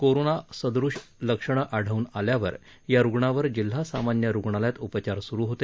corona सदृश्य लक्षण आढळून आल्यावर या रुग्णावर जिल्हा सामान्य रुग्णालयात उपचार सुरु होते